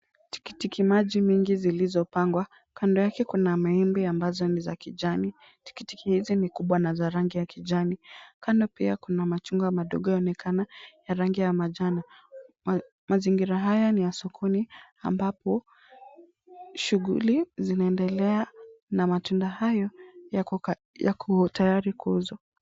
Tikitimaji nyingi zilizopangwa, kando yake kuna maembe ambazo ni za kijani. Tikiti hizi ni kubwa na za rangi ya kijani. Kando pia kuna machungwa madogo yaonekana ya rangi ya manjano. Mazingira haya ni ya sokoni ambapo shughuli zinaendelea na matunda hayo yako tayari kuuzwa.